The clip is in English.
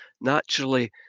naturally